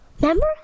Remember